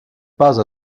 pas